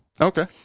Okay